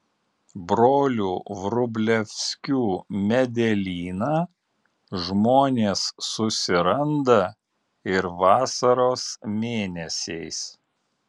brolių vrublevskių medelyną žmonės susiranda ir vasaros mėnesiais